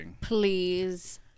please